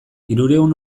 hirurehun